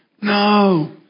No